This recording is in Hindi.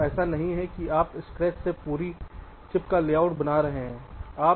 तो ऐसा नहीं है कि आप स्क्रैच से पूरी चिप का लेआउट बना रहे हैं